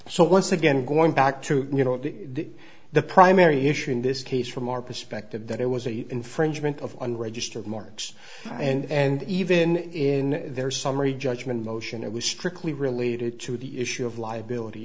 so once again going back to you know the the primary issue in this case from our perspective that it was a infringement of unregistered marks and even in their summary judgment motion it was strictly related to the issue of liability